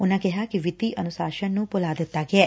ਉਨਾਂ ਕਿਹਾ ਕਿ ਵਿੱਤੀ ਅਨੁਸਾਸਨ ਨੂੰ ਭੁਲਾ ਦਿੱਤਾ ਗਿਐ